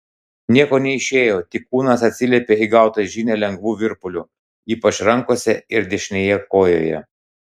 nieko neišėjo tik kūnas atsiliepė į gautą žinią lengvu virpuliu ypač rankose ir dešinėje kojoje